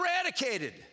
eradicated